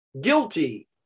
guilty